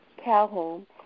Calhoun